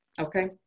Okay